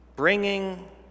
bringing